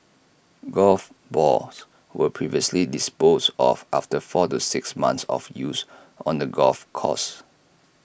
golf balls were previously disposed of after four to six months of use on the golf course